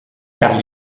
car